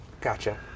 Gotcha